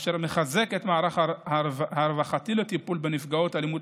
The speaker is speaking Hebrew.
אשר מחזק את המערך הרווחתי לטיפול בנפגעות אלימות,